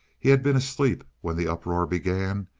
he had been asleep when the uproar began,